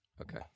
okay